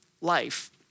life